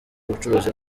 ubucuruzi